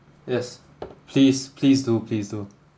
yes please please do please do